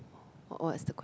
what is the question